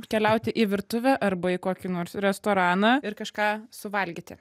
keliauti į virtuvę arba į kokį nors restoraną ir kažką suvalgyti